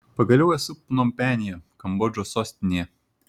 pagaliau esu pnompenyje kambodžos sostinėje